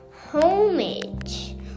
homage